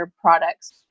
products